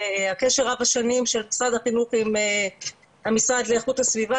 הקשר רב השנים של משרד החינוך עם המשרד לאיכות הסביבה